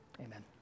amen